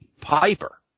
Piper